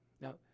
Now